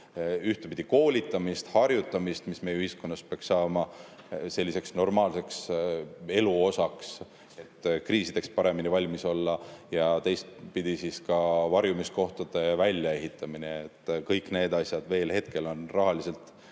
ühtpidi koolitamist, harjutamist, mis meie ühiskonnas peaks saama normaalseks elu osaks, et kriisideks paremini valmis olla, ja teistpidi ka varjumiskohtade väljaehitamist. Kõik need asjad on rahaliselt